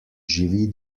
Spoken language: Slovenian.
živi